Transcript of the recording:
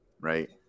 right